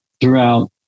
throughout